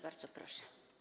Bardzo proszę.